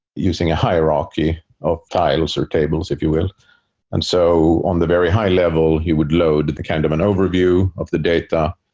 using a hierarchy of tiles, or tables, if you will and so on the very high level, you would load kind of an overview of the data.